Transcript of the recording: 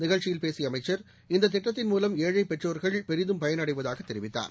நிகழ்ச்சியில் பேசிய அமைச்சர் இந்தத் திட்டத்தின் மூலம் ஏழை பெற்றோர்கள் பெரிதும் பயனடைவதாகத் தெரிவித்தார்